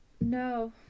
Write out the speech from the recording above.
No